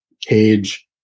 cage